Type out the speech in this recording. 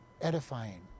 edifying